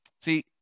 See